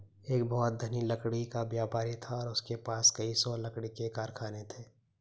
एक बहुत धनी लकड़ी का व्यापारी था और उसके पास कई सौ लकड़ी के कारखाने थे